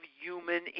human